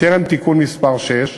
טרם תיקון מס' 6,